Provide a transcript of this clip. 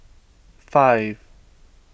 five